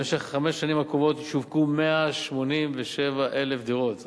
במשך חמש השנים הקרובות ישווקו 187,000 דירות חדשות,